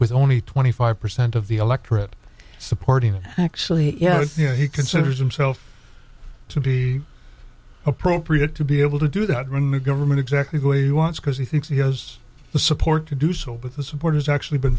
with only twenty five percent of the electorate supporting actually yes you know he considers himself to be appropriate to be able to do that when the government exactly who he wants because he thinks he has the support to do so but the support has actually been